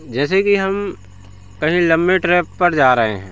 जैसे कि हम कहीं लंबी ट्रिप पर जा रहे हैं